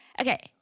Okay